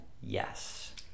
Yes